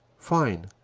fine.